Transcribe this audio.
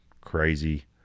crazy